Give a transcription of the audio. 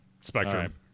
Spectrum